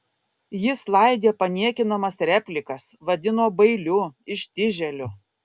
jis laidė paniekinamas replikas vadino bailiu ištižėliu